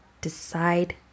decide